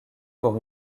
pour